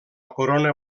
corona